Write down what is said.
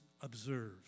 observe